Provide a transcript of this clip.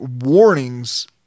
warnings